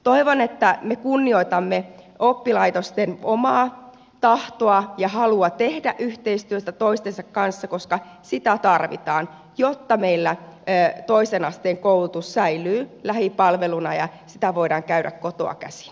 toivon että me kunnioitamme oppilaitosten omaa tahtoa ja halua tehdä yhteistyötä toistensa kanssa koska sitä tarvitaan jotta meillä toisen asteen koulutus säilyy lähipalveluna ja sitä voidaan käydä kotoa käsin